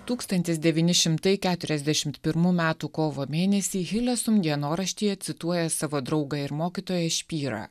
tūkstantis devyni šimtai keturiasdešimt pirmų metų kovo mėnesį hilesum dienoraštyje cituoja savo draugą ir mokytoją špyrą